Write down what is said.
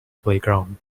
playground